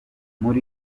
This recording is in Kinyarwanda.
muri